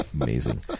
Amazing